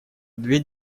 две